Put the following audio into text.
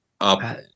up